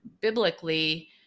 biblically